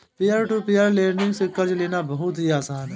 peer to peer lending से कर्ज लेना बहुत ही आसान है